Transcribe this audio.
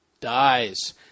dies